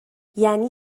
یعنی